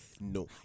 no